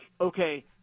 okay